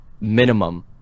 minimum